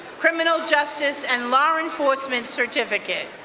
criminal justice and law enforcement certificate.